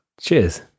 Cheers